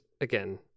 again